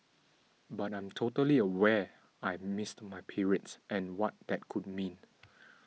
but I'm totally aware I missed my periods and what that could mean